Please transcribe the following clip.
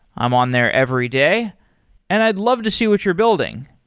i'm on there every day and i'd love to see what you're building.